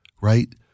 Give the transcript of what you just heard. right